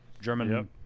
german